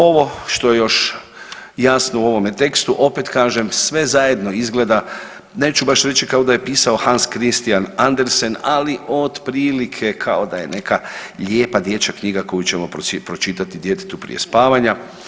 Ovo što je još jasno u ovome tekstu opet kažem sve zajedno izgleda, neću baš reći kao da je pisao Hans Christian Andersen, ali otprilike kao da je neka lijepa dječja knjiga koju ćemo pročitati djetetu prije spavanja.